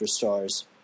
superstars